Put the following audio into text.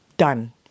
Done